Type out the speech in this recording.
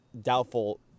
doubtful